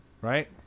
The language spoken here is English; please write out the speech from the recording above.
right